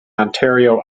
ontario